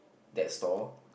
that stall